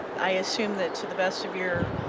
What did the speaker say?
i assume that to the best of your